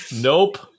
Nope